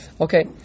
Okay